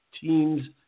teams